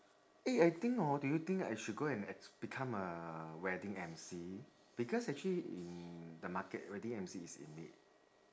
eh I think hor do you think I should go and become a wedding emcee because actually in the market wedding emcee is in need